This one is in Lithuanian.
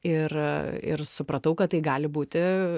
ir ir supratau kad tai gali būti